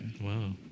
Wow